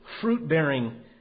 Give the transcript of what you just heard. fruit-bearing